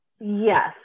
Yes